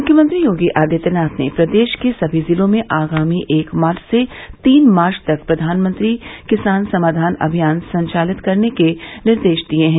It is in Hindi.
मुख्यमंत्री योगी आदित्यनाथ ने प्रदेश के सभी जिलों में आगामी एक मार्च से तीन मार्च तक प्रधानमंत्री किसान समाधान अभियान संचालित करने के निर्देश दिए हैं